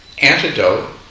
antidote